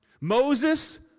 Moses